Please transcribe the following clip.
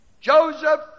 Joseph